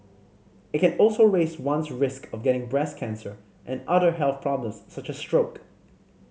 it can also raise one's risk of getting breast cancer and other health problems such as stroke